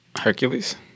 Hercules